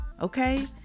Okay